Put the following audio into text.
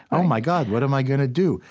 oh, my god. what am i going to do?